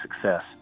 success